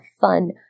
fun